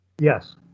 yes